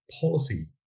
policy